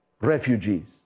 refugees